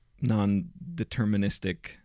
non-deterministic